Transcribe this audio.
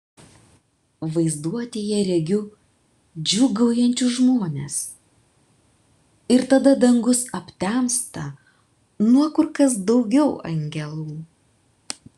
vaizduotėje regiu džiūgaujančius žmones ir tada dangus aptemsta nuo kur kas daugiau angelų